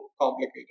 complicated